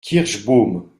kirschbaum